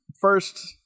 First